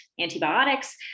Antibiotics